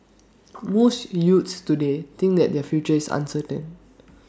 most youths today think that their future is uncertain